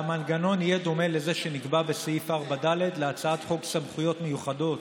והמנגנון יהיה דומה לזה שנקבע בסעיף 4(ד) להצעת חוק סמכויות מיוחדות